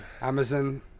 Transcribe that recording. amazon